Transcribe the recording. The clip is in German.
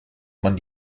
man